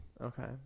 Okay